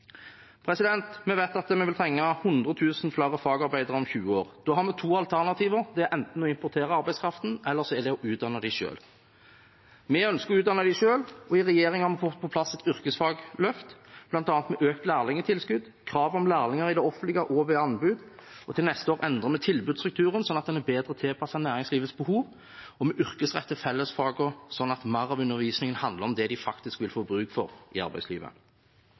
Vi vet at vi vil trenge 100 000 flere fagarbeidere om tyve år. Da har vi to alternativer. Det er enten å importere arbeidskraften, eller å utdanne folk selv. Vi ønsker å utdanne dem selv, og i regjering har vi fått på plass et yrkesfagløft, bl.a. med økt lærlingtilskudd, krav om lærlinger i det offentlige og ved anbud. Til neste år endrer vi tilbudsstrukturen slik at den er bedre tilpasset næringslivets behov, og vi yrkesretter fellesfagene slik at mer av undervisningen handler om det de faktisk vil få bruk for i arbeidslivet.